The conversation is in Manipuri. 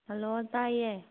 ꯍꯜꯂꯣ ꯇꯥꯏꯑꯦ